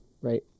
right